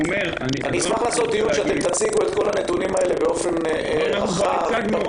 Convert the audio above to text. אשמח לערוך דיון שבו תציגו את כל הנתונים הללו באופן רחב ופתוח.